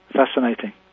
fascinating